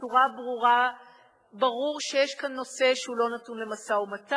שבצורה ברורה ברור שיש כאן נושא שהוא לא נתון למשא-ומתן,